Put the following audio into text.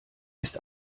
ist